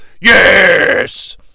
Yes